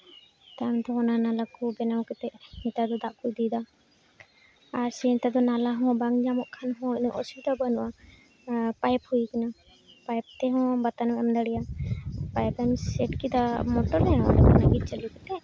ᱛᱟᱭᱚᱢ ᱛᱮ ᱚᱱᱟ ᱱᱟᱞᱟ ᱠᱚ ᱵᱮᱱᱟᱣ ᱠᱟᱛᱮᱫ ᱱᱮᱛᱟᱨ ᱫᱚ ᱫᱟᱜ ᱠᱚ ᱤᱫᱤᱭᱮᱫᱟ ᱟᱨ ᱱᱮᱛᱟᱨ ᱫᱚ ᱱᱟᱞᱟ ᱦᱚᱸ ᱵᱟᱝ ᱧᱟᱢᱚᱜ ᱠᱷᱟᱱ ᱦᱚᱸ ᱩᱱᱟᱹᱜ ᱚᱥᱩᱵᱤᱫᱷᱟ ᱵᱟᱹᱱᱩᱜᱼᱟ ᱯᱟᱭᱤᱯ ᱦᱩᱭ ᱠᱟᱱᱟ ᱯᱟᱭᱤᱯ ᱛᱮᱦᱚᱸ ᱵᱟᱛᱟᱱ ᱮᱢ ᱮᱢ ᱫᱟᱲᱮᱟᱜᱼᱟ ᱯᱟᱭᱤᱢ ᱮᱢ ᱥᱮᱴ ᱠᱮᱫᱟ ᱢᱚᱴᱚᱨ ᱨᱮ ᱚᱸᱰᱮ ᱠᱷᱚᱱᱟᱜ ᱜᱮ ᱪᱟᱹᱞᱩ ᱠᱟᱛᱮᱜ